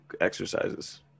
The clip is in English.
exercises